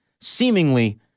seemingly